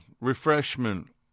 refreshment